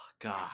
God